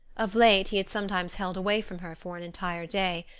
of late he had sometimes held away from her for an entire day,